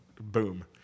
boom